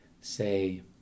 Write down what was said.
say